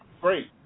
Great